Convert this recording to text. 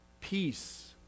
peace